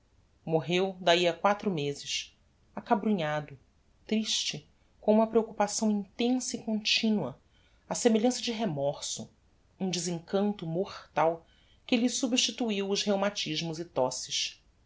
morreu dahi a quatro mezes acabrunhado triste com uma preoccupação intensa e continua á semelhança de remorso um desencanto mortal que lhe substituiu os rheumatismos e tosses